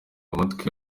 amatwi